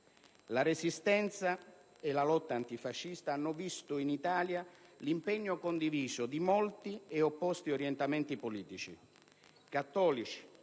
La Resistenza e la lotta antifascista hanno visto in Italia l'impegno condiviso di molti ed opposti orientamenti politici. Cattolici,